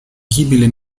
гибели